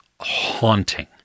haunting